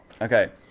Okay